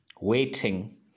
waiting